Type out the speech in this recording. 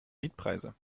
mietpreise